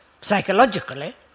psychologically